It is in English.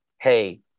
hey